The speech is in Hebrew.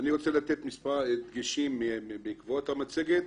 לתת מספר דגשים בעקבות המצגת